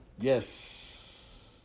Yes